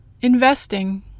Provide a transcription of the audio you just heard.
investing